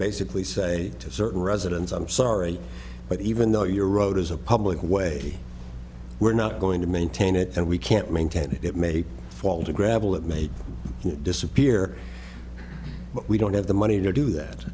basically say to certain residents i'm sorry but even though your road is a public way we're not going to maintain it and we can't maintain it it may fall to gravel it may disappear but we don't have the money to do that